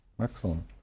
Excellent